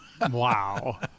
Wow